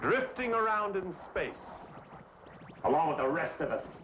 drifting around in space along with the rest of us